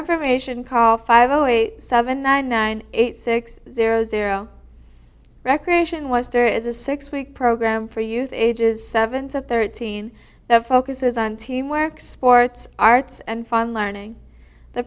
information call five zero eight seven nine nine eight six zero zero recreation was there is a six week program for youth ages seven to thirteen that focuses on teamwork sports arts and fun learning the